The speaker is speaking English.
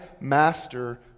master